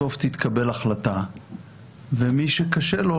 בסוף תתקבל החלטה ומי שקשה לו,